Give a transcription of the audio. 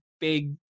big